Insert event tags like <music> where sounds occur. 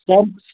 <unintelligible>